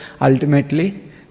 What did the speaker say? ultimately